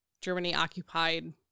Germany-occupied